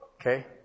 Okay